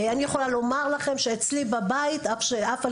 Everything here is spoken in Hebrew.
אני יכולה לומר לכם שאצלי בבית שאף על